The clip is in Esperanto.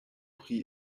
pri